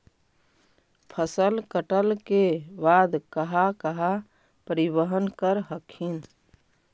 फसल कटल के बाद कहा कहा परिबहन कर हखिन?